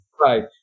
Right